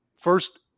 first